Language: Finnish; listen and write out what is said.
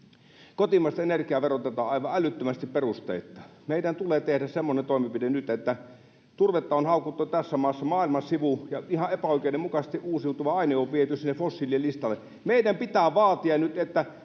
kotimaista energiaa verotetaan aivan älyttömästi perusteitta. Meidän tulee tehdä semmoinen toimenpide nyt, että... Turvetta on haukuttu tässä maassa maailman sivu, ja ihan epäoikeudenmukaisesti uusiutuva aine on viety sinne fossiililistalle. Nyt kun tämä